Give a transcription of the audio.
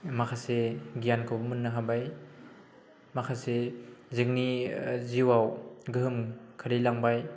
माखासे गियानखौबो मोननो हाबाय माखासे जोंनि जिउआव गोहोम खोख्लैलांबाय